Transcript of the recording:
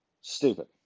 stupid